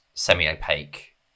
semi-opaque